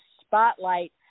spotlight